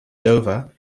dover